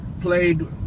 played